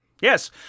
Yes